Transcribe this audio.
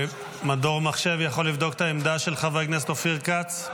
מדור מחשב יכול לבדוק את העמדה של חבר הכנסת אופיר כץ?